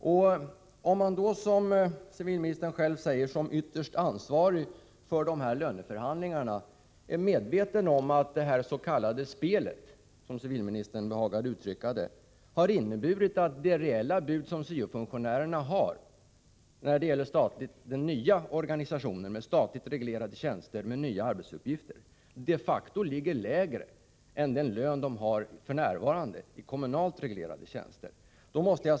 Som ytterst ansvarig för löneförhandlingarna — det säger civilministern själv att han är — är civilministern medveten om att detta spel, som han behagade kalla det, innebär att det reella bud som syo-funktionärerna fått när det gäller den nya organisationen med statligt reglerade tjänster och nya arbetsuppgifter de facto innebär lägre lön än de f.n. har i kommunalt reglerade tjänster.